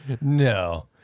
No